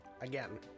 Again